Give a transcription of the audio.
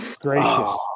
gracious